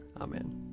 Amen